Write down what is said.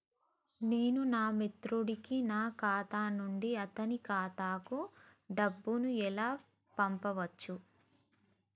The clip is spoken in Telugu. నేను నా మిత్రుడి కి నా ఖాతా నుండి అతని ఖాతా కు డబ్బు ను ఎలా పంపచ్చు?